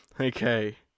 Okay